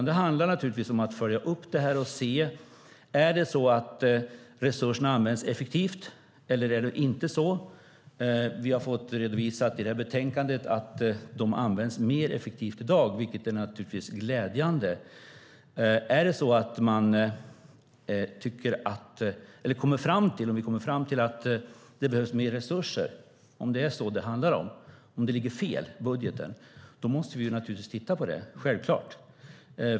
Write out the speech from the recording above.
Det handlar om att följa upp det här och se: Är det så att resurserna används effektivt, eller är det inte så? Vi har fått redovisat i detta betänkande att de används mer effektivt i dag, vilket naturligtvis är glädjande. Om vi kommer fram till att det behövs mer resurser, att det ligger fel i budgeten, måste vi självklart titta på det.